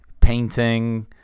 painting